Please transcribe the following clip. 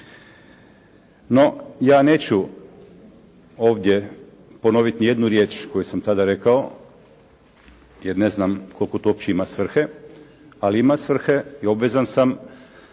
No ja neću ovdje ponoviti niti jednu riječ koju sam tada rekao, jer ne znam koliko to uopće ima svrhe, ali ima svrhe i obvezan sam